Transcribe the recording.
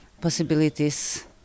possibilities